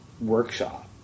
workshop